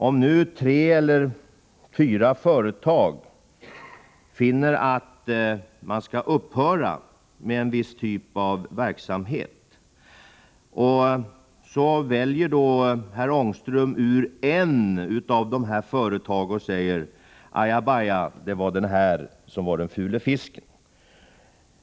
Om nu tre eller fyra företag finner att man skulle kunna upphöra med en viss typ av verksamhet, säger herr Ångström om ett av dessa företag: Ajabaja, det är här vi har den fula fisken.